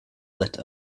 lit